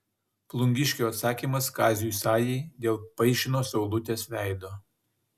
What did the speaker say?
plungiškio atsakymas kaziui sajai dėl paišino saulutės veido